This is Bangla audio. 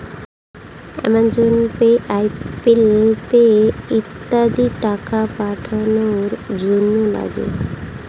অ্যামাজন পে, অ্যাপেল পে ইত্যাদি টাকা পাঠানোর জন্যে লাগে